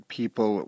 people